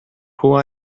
who